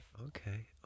Okay